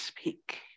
speak